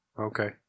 Okay